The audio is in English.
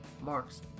marks